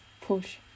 push